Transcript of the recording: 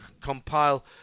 compile